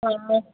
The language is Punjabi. ਹਾਂ